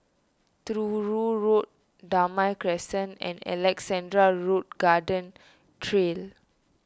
Truro Road Damai Crescent and Alexandra Road Garden Trail